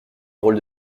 drôle